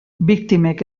biktimek